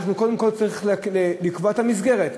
קודם כול צריך לקבוע את המסגרת.